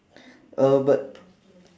uh but